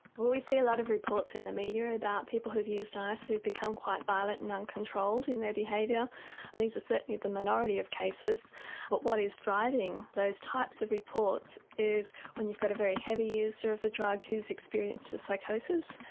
well we see a lot of reports in the media about people who used ice who become quite violent and uncontrolled in their behaviour and these are certainly the minority of cases but what is driving those types of reports is when you've got a very heavy user of the drug who's experienced a psychosis,